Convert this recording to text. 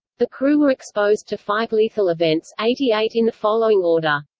the crew were exposed to five lethal events eighty eight in the following order